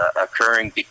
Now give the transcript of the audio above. occurring